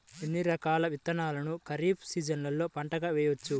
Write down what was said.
ఎన్ని రకాల విత్తనాలను ఖరీఫ్ సీజన్లో పంటగా వేయచ్చు?